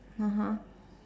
(uh huh)